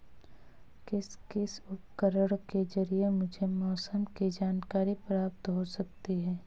किस किस उपकरण के ज़रिए मुझे मौसम की जानकारी प्राप्त हो सकती है?